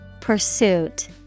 Pursuit